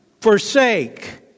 forsake